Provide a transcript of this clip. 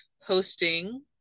hosting